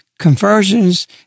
conversions